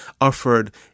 offered